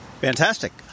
Fantastic